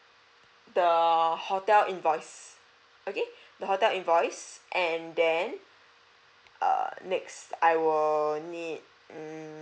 the hotel invoice okay the hotel invoice and then err next I will need mm